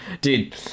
dude